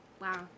wow